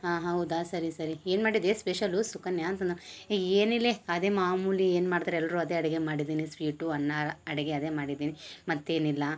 ಹಾ ಹೌದಾ ಸರಿ ಸರಿ ಏನು ಮಾಡಿದ್ಯೆ ಸ್ಪೆಷಲು ಸುಕನ್ಯ ಅಂತಂದ ಹೇ ಏನಿಲ್ಯೆ ಅದೇ ಮಾಮೂಲಿ ಏನು ಮಾಡ್ತಾರೆ ಎಲ್ಲರು ಅದೇ ಅಡಿಗೆ ಮಾಡಿದ್ದೀನಿ ಸ್ವೀಟು ಅನ್ನ ಅಡಗೆ ಅದೇ ಮಾಡಿದ್ದೀನಿ ಮತ್ತೇನಿಲ್ಲ